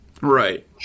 Right